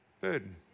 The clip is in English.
burden